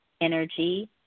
energy